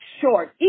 short